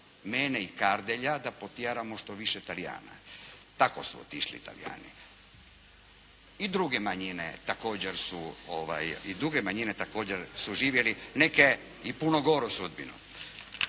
mene i Kardelja, da potjeramo što više Talijana", tako su otišli Talijani, i druge manjine također su doživjeli, neke i puno goru sudbinu.